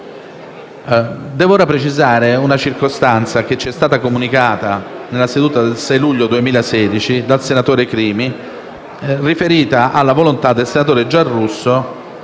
Devo ora precisare una circostanza che ci è stata comunicata nella seduta del 6 luglio 2016 dal senatore Crimi, riferita alla volontà del senatore Giarrusso,